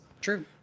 true